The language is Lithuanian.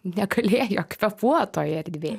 negalėjo kvėpuot toj erdvėj